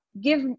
give